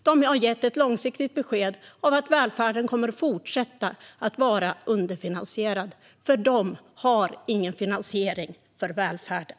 De har gett det långsiktiga beskedet att välfärden kommer att fortsätta vara underfinansierad, för de har ingen finansiering för välfärden.